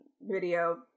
video